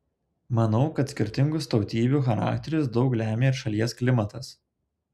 manau kad skirtingus tautybių charakterius daug lemia ir šalies klimatas